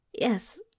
Yes